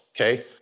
Okay